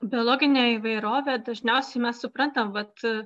biologinę įvairovę dažniausiai mes suprantam vat